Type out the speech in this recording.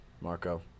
Marco